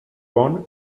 born